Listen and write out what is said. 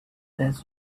that